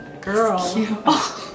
Girl